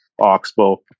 Oxbow